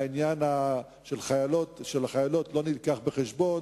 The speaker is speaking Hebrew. והעניין של החיילות לא מובא בחשבון